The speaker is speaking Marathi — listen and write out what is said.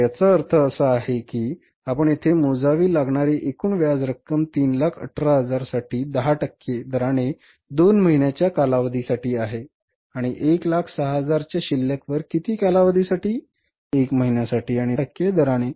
तर याचा अर्थ असा की आपण येथे मोजावी लागणारी एकूण व्याज रक्कम 318000 साठी 10 टक्के दराने दोन महिन्यांच्या कालावधीसाठी आहे आणि 106000 च्या शिल्लक वर किती कालावधीसाठी केवळ 1 महिन्यासाठी आणि 10 टक्के दराने